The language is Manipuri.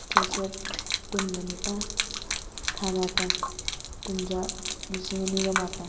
ꯆꯩꯆꯠ ꯀꯨꯟꯒ ꯅꯤꯄꯥꯟ ꯊꯥ ꯃꯥꯄꯟ ꯀꯨꯝꯖꯥ ꯂꯤꯁꯤꯡ ꯑꯅꯤꯒ ꯃꯥꯄꯟ